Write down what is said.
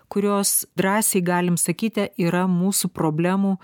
kurios drąsiai galim sakyti yra mūsų problemų